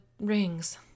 rings